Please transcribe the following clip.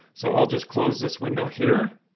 so i'll just close this window here,